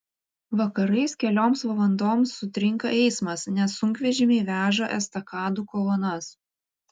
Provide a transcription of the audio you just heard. vakarais kelioms valandoms sutrinka eismas nes sunkvežimiai veža estakadų kolonas